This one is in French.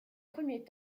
premier